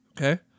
okay